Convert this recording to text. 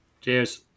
Cheers